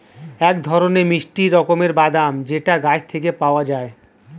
এক ধরনের মিষ্টি রকমের বাদাম যেটা গাছ থেকে পাওয়া যায়